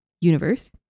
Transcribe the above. universe